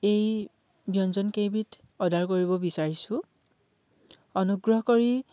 এই ব্যঞ্জনকেইবিধ অৰ্ডাৰ কৰিব বিচাৰিছোঁ অনুগ্ৰহ কৰি